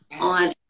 on